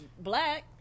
black